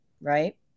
right